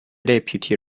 deputy